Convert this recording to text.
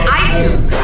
iTunes